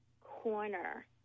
corner